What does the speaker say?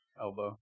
Elbow